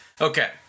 Okay